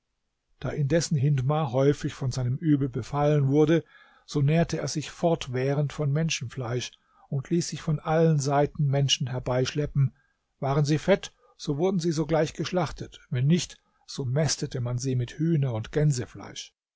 da indessen hindmar häufig von seinem übel befallen wurde so nährte er sich fortwährend von menschenfleisch und ließ sich von allen seiten menschen herbeischleppen waren sie fett so wurden sie sogleich geschlachtet wenn nicht so mästete man sie mit hühner und gänsefleisch